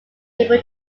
able